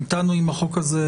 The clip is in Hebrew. המתנו עם החוק הזה,